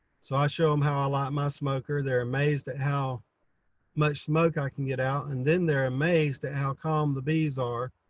so i show them um how i light my smoker, they're amazed at how much smoke i can get out and then they're amazed at how calm the bees are.